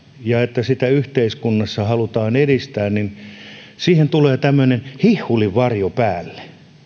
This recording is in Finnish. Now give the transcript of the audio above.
ja siitä että sitä yhteiskunnassa halutaan edistää niin siihen tulee tämmöinen hihhulivarjo päälle